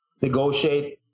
negotiate